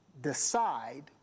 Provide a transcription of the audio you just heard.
decide